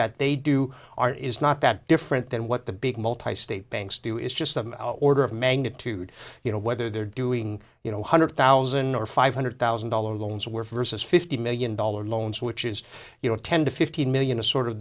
that they do are is not that different than what the big multi state banks do is just an order of magnitude you know whether they're doing you know hundred thousand or five hundred thousand dollars loans were versus fifty million dollars loans which is you know ten to fifteen million a sort of